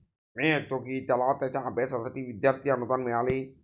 मी ऐकतो की त्याला त्याच्या अभ्यासासाठी विद्यार्थी अनुदान मिळाले